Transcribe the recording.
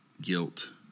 guilt